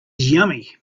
yummy